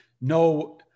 no